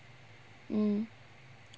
mm mm